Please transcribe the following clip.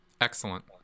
Excellent